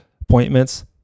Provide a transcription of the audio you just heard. Appointments